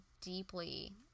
deeply